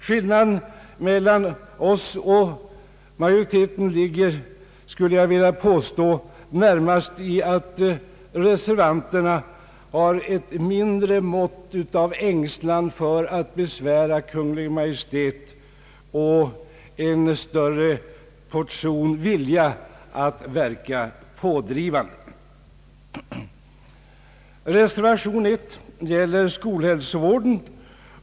Skillnaden i inställning ligger — skulle jag vilja påstå — i att reservanterna besitter ett mindre mått av ängslan för att besvära Kungl. Maj:t och en större portion vilja att verka pådrivande. Reservationen 1 a gäller skolhälsovården.